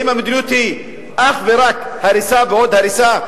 האם המדיניות היא אך ורק הריסה ועוד הריסה,